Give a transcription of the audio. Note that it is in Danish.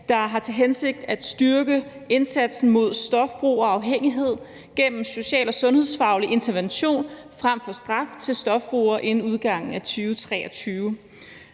der har til hensigt at styrke indsatsen mod stofbrug og afhængighed gennem social- og sundhedsfaglig intervention frem for straf til stofbrugere inden udgangen af 2023.